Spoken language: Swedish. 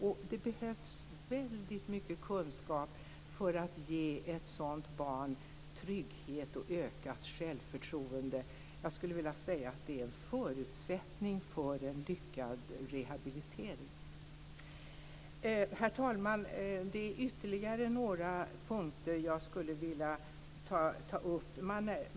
Det behövs väldigt mycket kunskap för att ge ett sådant barn trygghet och ökat självförtroende. Ja, jag skulle vilja säga att det är en förutsättning för en lyckad rehabilitering. Herr talman! Det finns ytterligare några punkter som jag skulle vilja ta upp.